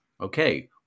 Okay